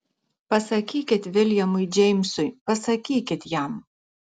pasakykit viljamui džeimsui pasakykit jam